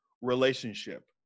relationship